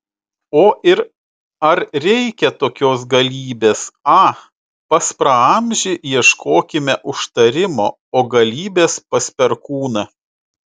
o ir ar reikia tokios galybės a pas praamžį ieškokime užtarimo o galybės pas perkūną